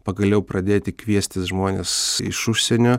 pagaliau pradėti kviestis žmones iš užsienio